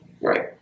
Right